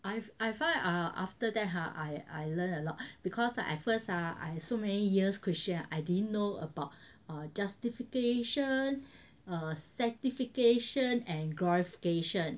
I I find ah after that ah I I learn a lot because at first ah I so many years christian I didn't know about err justification certification and glorification